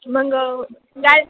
मग काय